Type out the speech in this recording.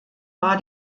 war